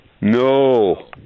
No